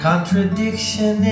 Contradiction